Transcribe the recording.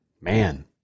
man